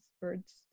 birds